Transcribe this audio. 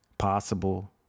Possible